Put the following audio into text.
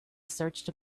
searched